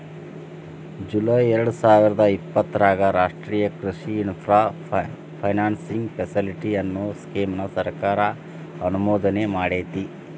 July ಎರ್ಡಸಾವಿರದ ಇಪ್ಪತರಾಗ ರಾಷ್ಟ್ರೇಯ ಕೃಷಿ ಇನ್ಫ್ರಾ ಫೈನಾನ್ಸಿಂಗ್ ಫೆಸಿಲಿಟಿ, ಅನ್ನೋ ಸ್ಕೇಮ್ ನ ಸರ್ಕಾರ ಅನುಮೋದನೆಮಾಡೇತಿ